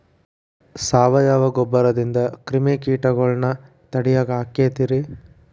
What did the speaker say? ಸಾವಯವ ಗೊಬ್ಬರದಿಂದ ಕ್ರಿಮಿಕೇಟಗೊಳ್ನ ತಡಿಯಾಕ ಆಕ್ಕೆತಿ ರೇ?